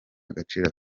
gaciro